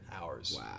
hours